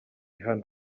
hano